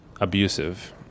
abusive